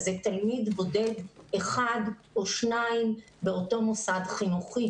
זה תלמיד בודד אחד או שניים באותו מוסד חינוכי.